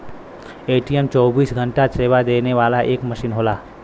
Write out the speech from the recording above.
ATM चौबीस घंटा सेवा देवे वाला एक मसीन होला